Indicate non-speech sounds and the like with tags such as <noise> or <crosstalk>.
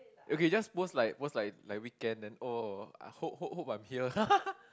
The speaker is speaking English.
okay just most like most like like weekend then oh I hope hope hope I'm here <laughs>